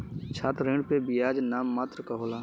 छात्र ऋण पे बियाज नाम मात्र क होला